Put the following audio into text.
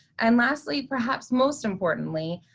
and lastly, perhaps most importantly,